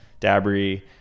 Dabry